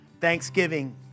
Thanksgiving